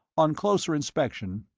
on closer inspection,